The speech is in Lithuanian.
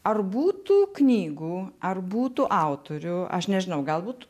ar būtų knygų ar būtų autorių aš nežinau galbūt